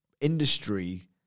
industry